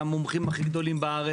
ארגון יד לבנים תומך תמיכה מלאה בעניין.